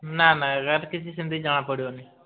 ନାଁ ନାଁ ଏଗାରେ କିଛି ସେମିତି ଜଣା ପଡ଼ିବନି